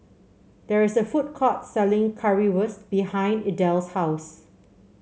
there is a food court selling Currywurst behind Idell's house